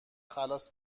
خلاص